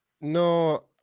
No